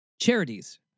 Charities